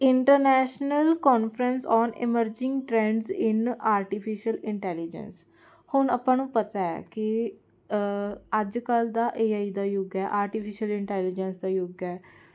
international conference on emerging trends in artificial intelligence ਹੁਣ ਆਪਾਂ ਨੂੰ ਪਤਾ ਹੈ ਕਿ ਅੱਜ ਕੱਲ੍ਹ ਦਾ ਏਆਈ ਦਾ ਯੁਗ ਹੈ ਆਰਟੀਫਿਸ਼ਅਲ ਇੰਟੈਲੀਜੈਂਸ ਦਾ ਯੁੱਗ ਹੈ